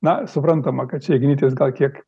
na suprantama kad čia ignitis gal kiek